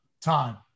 time